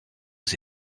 aux